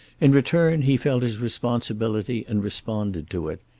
in return he felt his responsibility and responded to it.